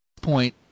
point